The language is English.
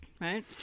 right